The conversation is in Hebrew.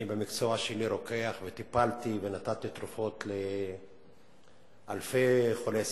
אני במקצוע שלי רוקח וטיפלתי ונתתי תרופות לאלפי חולי סוכרת.